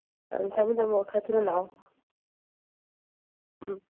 ꯑ ꯊꯝꯃꯦ ꯊꯝꯃꯦ ꯈꯔ ꯊꯨꯅ ꯂꯥꯛꯑꯣ ꯎꯝ